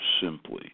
simply